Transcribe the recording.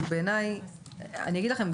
אני אגיד לכם,